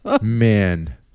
Man